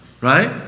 right